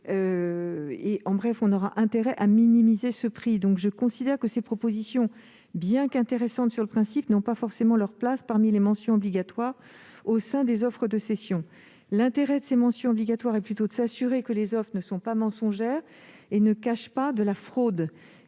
du budget consacré aux animaux de compagnie. Je considère que ces propositions, bien qu'intéressantes sur le principe, n'ont pas forcément leur place parmi les mentions obligatoires dans les offres de cession. L'intérêt de ces mentions est plutôt de s'assurer que les offres ne sont pas mensongères et ne cachent pas une fraude.